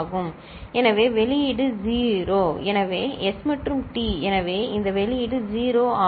எனவே வெளியீடு 0 எனவே எஸ் மற்றும் டி எனவே இந்த வெளியீடு 0 ஆகும்